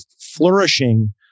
flourishing